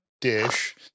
dish